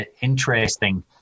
interesting